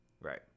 Right